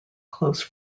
close